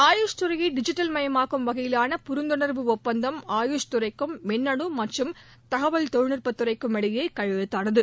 ஆயுஷ் துறையை டிஜிட்டல்மயமாக்கும் வகையிலாள புரிந்துணர்வு ஒப்பந்தம் ஆயுஷ் துறைக்கும் மின்னணு மற்றும் தகவல் தொழில்நுட்பத் துறைக்கும் இடையே கையெழுத்தானது